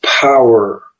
power